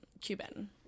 Cuban